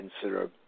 consider